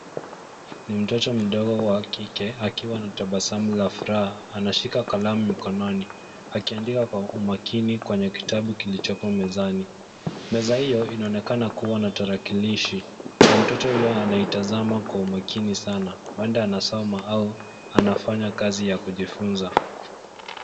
Ni mtoto mdogo wa kike akiwa na tabasamu la furaha. Anashika kalamu mikononi akiandika kwa umakini kwenye kitabu kilichoko mezani. Meza hiyo inaonekana kuwa na tarakilishi na mtoto huyo anaitazama kwa umakini sana. Huenda anasoma au anafanya kazi ya kujifunza.